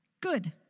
Good